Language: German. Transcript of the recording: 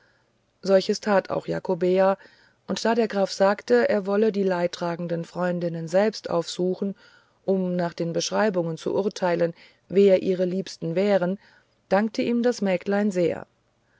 solches tat auch jakobea und da der graf sagte er wolle die leidtragenden freundinnen selbst aufsuchen um nach den beschreibungen zu urteilen wer ihre liebsten wären dankte ihm das mägdlein sehr